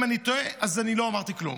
אם אני טועה אז אני לא אמרתי כלום,